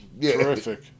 Terrific